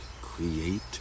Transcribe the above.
create